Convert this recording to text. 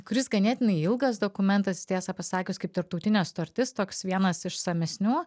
kuris ganėtinai ilgas dokumentas tiesą pasakius kaip tarptautinė sutartis toks vienas išsamesnių